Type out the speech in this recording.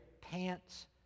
pants